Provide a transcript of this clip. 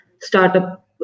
startup